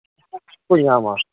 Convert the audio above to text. ᱠᱩ ᱧᱟᱢᱟ